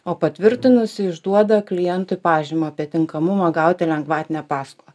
o patvirtinusi išduoda klientui pažymą apie tinkamumą gauti lengvatinę paskolą